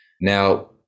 Now